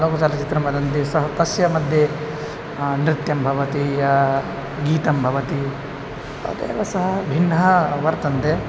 लोकचालचित्रं वदन्ति सः तस्य मध्ये नृत्यं भवति या गीतं भवति तदेव सः भिन्नः वर्तन्ते